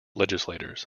legislators